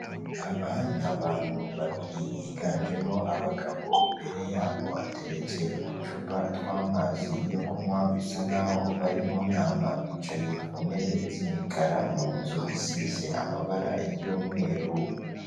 Aba ni abantu babiri higanjemo abagabo, imbere yabo hateretse uducupa tw'amazi yo kunywa bisa nk'aho bari mu nama, bicaye ku ntebe z'imikara mu nzu isize amabara y'umweru.